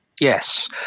Yes